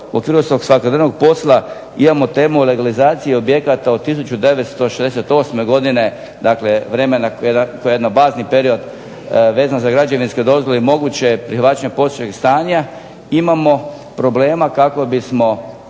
u okviru svog svakodnevnog posla imamo temu legalizacije objekata od 1968. godine, dakle vremena koje je jedan bazni period, vezano za građevinske dozvole i moguće prihvaćanje …/Govornik se ne razumije./… imamo problema kako bismo